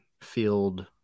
field